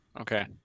Okay